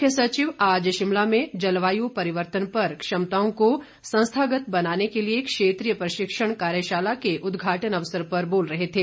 मुख्य सचिव आज शिमला में जलवायु परिवर्तन पर क्षमताओं को संस्थागत बनाने के लिए क्षेत्रीय प्रशिक्षण कार्यशाला के उदघाटन अवसर पर बोल रहे थे